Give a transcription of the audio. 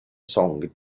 song